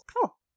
Cool